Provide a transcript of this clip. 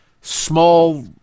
small